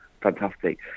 fantastic